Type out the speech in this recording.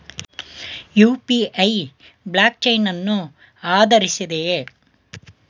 UPI blockchain ಅನ್ನು ಆಧರಿಸಿದೆಯೇ?